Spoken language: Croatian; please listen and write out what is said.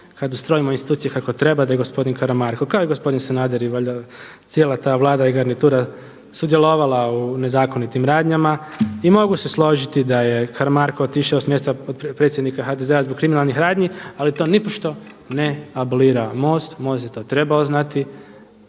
kad ustrojimo institucije kako treba da ih gospodin Karamarko kao i gospodin Sanader i cijela ta Vlada i garnitura sudjelovala u nezakonitim radnjama i mogu se složiti da je Karamarko otišao s mjesta predsjednika HDZ-a zbog kriminalnih radnji ali to nipošto ne abolira Most, Most je to trebao znati